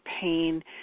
pain